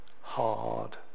hard